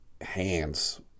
hands